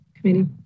committee